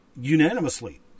unanimously